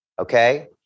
Okay